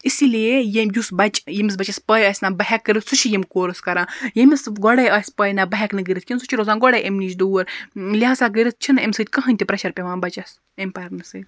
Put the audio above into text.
اِسی لیے یُس بَچہِ ییٚمِس بَچَس پاے آسہِ نہَ بہٕ ہیٚکہِ کٔرِتھ سُہ چھُ یِم کورس کَران ییٚمِس گۄڈے آسہِ پاے نہَ بہٕ ہیٚکہٕ نہٕ کٔرِتھ کینٛہہ سُہ چھُ روزان گۄڈے امہِ نِش دوٗر لِحاظہ کٔرِتھ چھنہٕ امہ سۭتۍ کٕہٕنۍ تہِ پریٚشر پیٚوان بَچَس امہ پَرنہٕ سۭتۍ